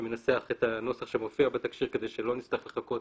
שינסח את הנוסח שיופיע התקש"יר כדי שלא נצטרך לחכות